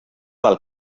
del